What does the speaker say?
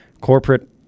corporate